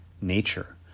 nature